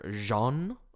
Jean